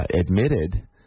admitted